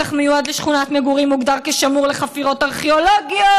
השטח שמיועד לשכונת מגורים מוגדר כשמור לחפירות ארכיאולוגיות.